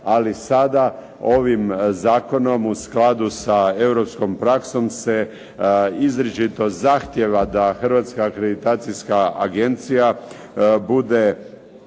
ali sada ovim zakonom u skladu sa europskom praksom se izričito zahtjeva da Hrvatska akreditacijska agencija bude